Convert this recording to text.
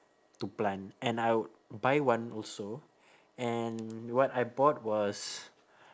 to plant and I would buy one also and what I bought was